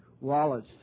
Wallace